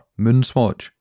Moonswatch